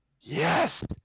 Yes